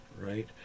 right